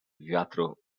wiatru